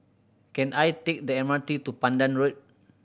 can I take the M R T to Pandan Road